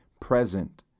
present